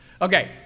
Okay